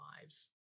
lives